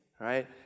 right